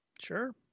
sure